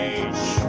age